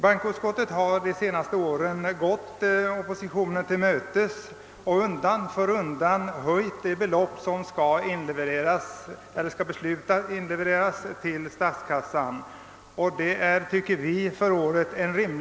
Under de senaste åren har bankoutskottet undan för undan gått oppositionen till mötes och höjt det belopp som skall inlevereras till statskassan, och den fördelning som i år föreslås tycker vi är rimlig. Herr talman! Jag yrkar bifall till utskottets hemställan.